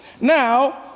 Now